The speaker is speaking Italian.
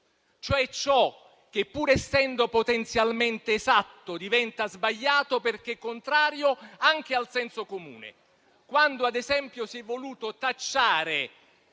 cioè ciò che, pur essendo potenzialmente esatto, diventa sbagliato perché contrario anche al senso comune, come quando, ad esempio, si è voluto tacciare